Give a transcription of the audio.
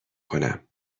کنم